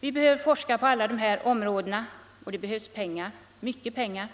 På alla dessa områden behövs forskning och mycket pengar.